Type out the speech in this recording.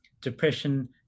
depression